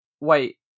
wait